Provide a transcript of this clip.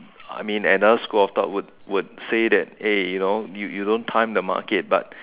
I mean another school of thought would would say that a you know you don't time the market but